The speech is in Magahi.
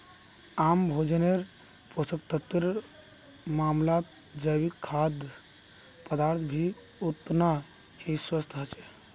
आम भोजन्नेर पोषक तत्वेर मामलाततजैविक खाद्य पदार्थ भी ओतना ही स्वस्थ ह छे